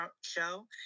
show